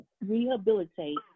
rehabilitate